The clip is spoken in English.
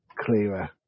clearer